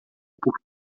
por